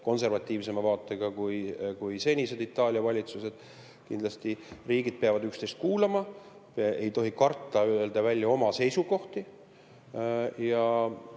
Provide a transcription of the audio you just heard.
konservatiivsema vaatega kui senised Itaalia valitsused. Riigid peavad üksteist kuulama, ei tohi karta öelda välja oma seisukohti.